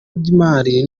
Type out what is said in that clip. by’imari